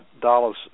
dollars